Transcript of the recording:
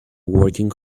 working